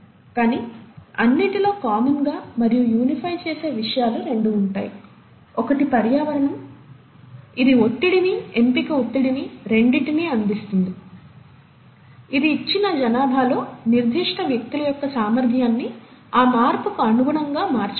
కానీ అన్నిటిలో కామన్ గా మరియు యూనిఫై చేసే విషయాలు రెండు ఉంటాయి ఒకటి పర్యావరణం ఇది ఒత్తిడిని ఎంపిక ఒత్తిడిని రెండింటిని అందిస్తుంది ఇది ఇచ్చిన జనాభాలో నిర్దిష్ట వ్యక్తుల యొక్క సామర్ధ్యాన్ని ఆ మార్పుకు అనుగుణంగా మార్చగలదు